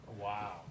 Wow